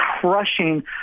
crushing